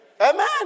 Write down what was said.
Amen